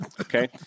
Okay